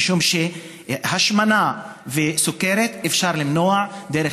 משום שהשמנה וסוכרת אפשר למנוע דרך